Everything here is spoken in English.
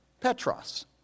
Petros